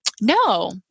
No